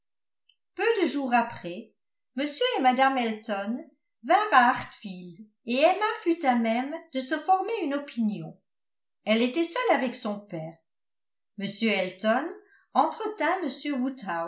peu de jours après m et mme elton vinrent à hartfield et emma fut à même de se former une opinion elle était seule avec son père m elton